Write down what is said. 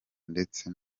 ndetse